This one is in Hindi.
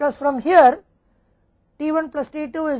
इसलिए IM plus s P द्वारा Q के 1 minus D के बराबर है